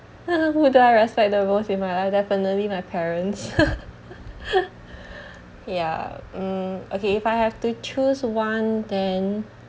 who do I respect the most in my life definitely my parents ya mm okay if I have to choose one then